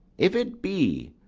if it be,